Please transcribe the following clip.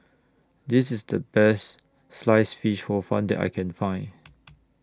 This IS The Best Sliced Fish Hor Fun that I Can Find